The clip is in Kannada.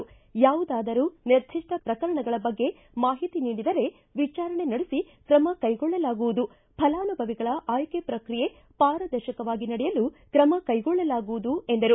ಯಾವುದಾದರೂ ನಿರ್ಧಿಪ್ಲ ಪ್ರಕರಣಗಳ ಬಗ್ಗೆ ಮಾಹಿತಿ ನೀಡಿದರೆ ವಿಚಾರಣೆ ನಡೆಸಿ ತ್ರಮ ಕೈಗೊಳ್ಳಲಾಗುವುದು ಫಲಾನುಭವಿಗಳ ಆಯ್ಲೆ ಪ್ರಕ್ರಿಯೆ ಪಾರದರ್ಶಕವಾಗಿ ನಡೆಯಲು ತ್ರಮ ಕೈಗೊಳ್ಳಲಾಗುವುದು ಎಂದರು